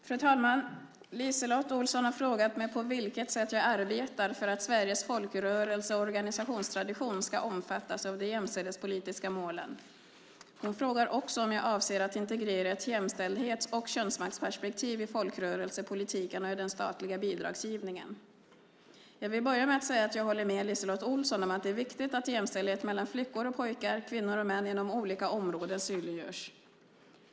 Fru talman! LiseLotte Olsson har frågat mig på vilket sätt jag arbetar för att Sveriges folkrörelse och organisationstradition ska omfattas av de jämställdhetspolitiska målen. Hon frågar också om jag avser att integrera ett jämställdhets och könsmaktsperspektiv i folkrörelsepolitiken och i den statliga bidragsgivningen. Jag vill börja med att säga att jag håller med LiseLotte Olsson om att det är viktigt att jämställdhet mellan flickor och pojkar, kvinnor och män inom olika områden synliggörs.